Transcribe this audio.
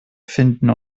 finden